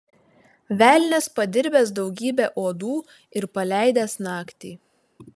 velnias padirbęs daugybę uodų ir paleidęs naktį